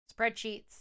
Spreadsheets